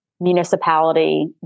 Municipality